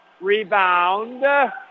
Rebound